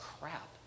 crap